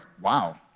wow